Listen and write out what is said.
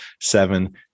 seven